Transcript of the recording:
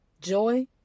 Joy